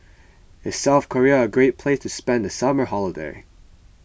is South Korea a great place to spend the summer holiday